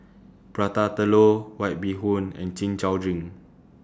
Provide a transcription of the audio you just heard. Prata Telur White Bee Hoon and Chin Chow Drink